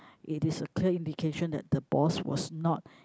it is a clear indication that the boss was not